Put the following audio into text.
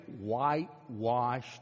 whitewashed